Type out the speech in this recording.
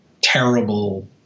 terrible